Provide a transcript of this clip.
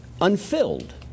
unfilled